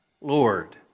Lord